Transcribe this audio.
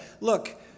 Look